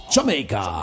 Jamaica